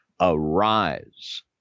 arise